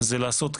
זה לעשות קץ,